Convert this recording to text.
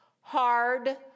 hard